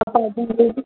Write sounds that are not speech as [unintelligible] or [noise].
[unintelligible]